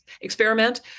experiment